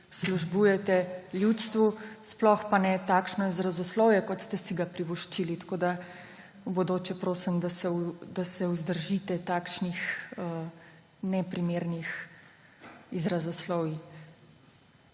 službujete ljudstvu, sploh pa ne takšno izrazoslovje, kot ste si ga privoščili. Tako v bodoče prosim, da se vzdržite takšnih neprimernih izrazoslovij.